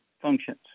functions